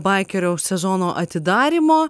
baikerių sezono atidarymo